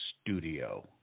studio